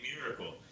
miracle